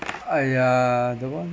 !aiya! the one